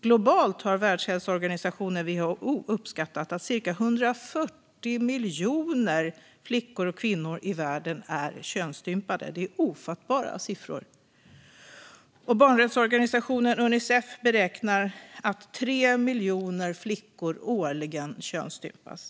Globalt har Världshälsoorganisationen, WHO, uppskattat att ca 140 miljoner flickor och kvinnor i världen är könsstympade. Det är ofattbara siffror. Barnrättsorganisationen Unicef beräknar att 3 miljoner flickor årligen könsstympas.